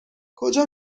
کجا